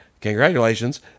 congratulations